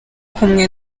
kumwe